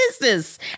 business